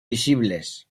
visibles